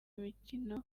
mikino